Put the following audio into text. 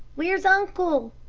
where's uncle?